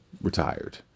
Retired